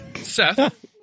Seth